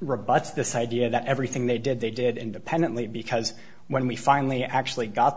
rebuts this idea that everything they did they did independently because when we finally actually got